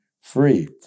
free